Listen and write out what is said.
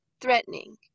threatening